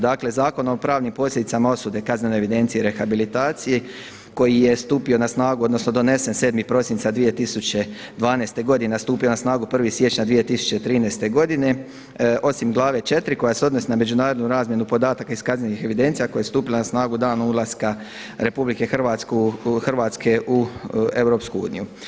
Dakle, Zakonom o pravnim posljedicama osude, kaznene evidencije i rehabilitaciji koji je stupio na snagu, odnosno donesen 7. prosinca 2012. godine, a stupio na snagu 1. siječnja 2013. godine osim glave 4. koja se odnosi na međunarodnu razmjenu podataka iz kaznenih evidencija, a koja je stupila na snagu danom ulaska Republike Hrvatske u EU.